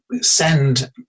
send